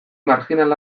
marjinal